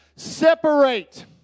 separate